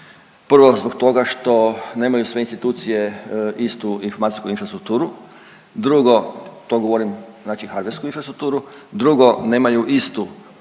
Prvo zbog toga što nemaju sve institucije istu informacijsku infrastrukturu, drugo, to govorim znači kadrovsku infrastrukturu, drugo nemaju istu